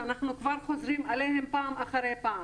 שאנחנו כבר חוזרים עליהם פעם אחר פעם.